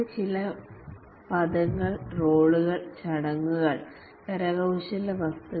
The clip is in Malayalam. ഇവിടെ ചില പദങ്ങൾ റോളുകൾ സെറിമോനിസ് ആര്ടിഫാക്ടസ്